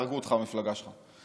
יהרגו אותך במפלגה שלך,